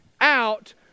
out